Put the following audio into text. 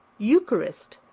eucharist,